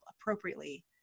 appropriately